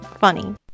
funny